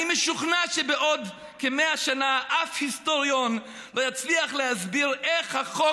אני משוכנע שבעוד כ-100 שנה אף היסטוריון לא יצליח להסביר איך החוק